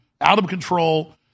out-of-control